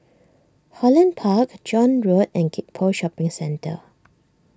Holland Park John Road and Gek Poh Shopping Centre